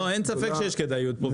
אין ספק שיש כדאיות פה.